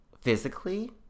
physically